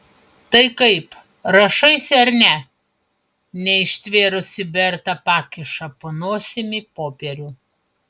tai kaip rašaisi ar ne neištvėrusi berta pakiša po nosimi popierių